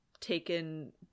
taken